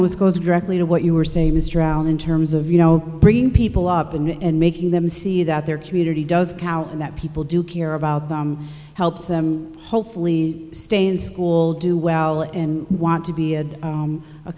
always goes directly to what you were saying mr allen in terms of you know bringing people up and making them see that their community does count that people do care about them helps them hopefully stay in school do well and want to be a